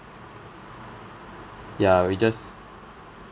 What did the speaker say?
yeah we just